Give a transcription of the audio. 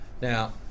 Now